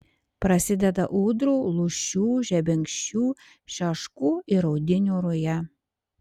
prasideda ūdrų lūšių žebenkščių šeškų ir audinių ruja